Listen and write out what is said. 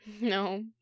No